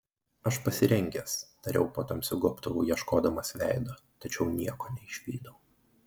aš pasirengęs tariau po tamsiu gobtuvu ieškodamas veido tačiau nieko neišvydau